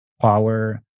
power